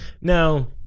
Now